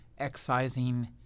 excising